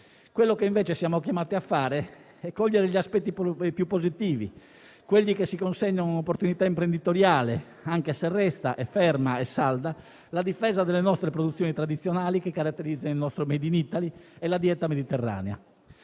Quello che invece siamo chiamati a fare è cogliere gli aspetti più positivi, quelli che ci consegnano un'opportunità imprenditoriale, anche se resta, ferma e salda, la difesa delle produzioni tradizionali che caratterizzano il nostro *made in Italy* e la dieta mediterranea.